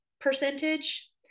percentage